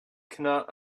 cannot